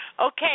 Okay